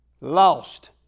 Lost